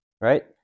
right